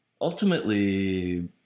Ultimately